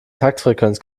taktfrequenz